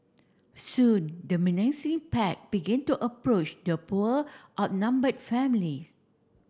soon the menacing pack begin to approach the poor outnumbered family